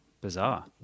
bizarre